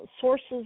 sources